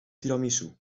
tiramisu